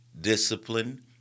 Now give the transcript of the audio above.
discipline